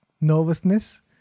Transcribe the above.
nervousness